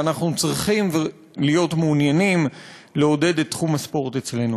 ואנחנו צריכים להיות מעוניינים לעודד את תחום הספורט אצלנו.